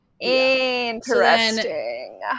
Interesting